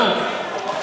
זהו.